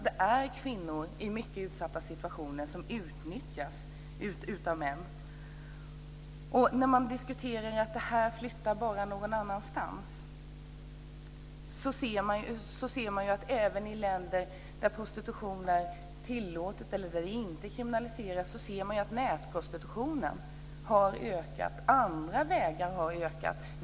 Det är kvinnor i mycket utsatta situationer som utnyttjas av män. Jeppe Johnsson säger att det här bara flyttar någon annanstans. Även i länder där prostitution är tillåten eller inte kriminaliseras ser man att nätprostitutionen har ökat, andra vägar har tillkommit.